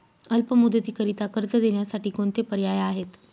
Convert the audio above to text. अल्प मुदतीकरीता कर्ज देण्यासाठी कोणते पर्याय आहेत?